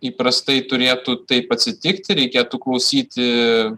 įprastai turėtų taip atsitikti reikėtų klausyti